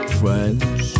friends